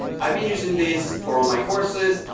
i've been using this for all my courses,